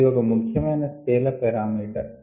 ఇది ఒక ముఖ్య మయిన స్కెల్ అప్ పారామీటర్